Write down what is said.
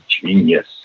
genius